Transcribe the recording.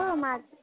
को मा